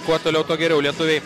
kuo toliau tuo geriau lietuviai